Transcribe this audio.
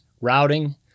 routing